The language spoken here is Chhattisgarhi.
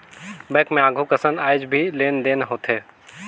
बैंक मे आघु कसन आयज भी लेन देन होथे